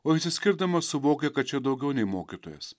o išsiskirdamas suvokia kad čia daugiau nei mokytojas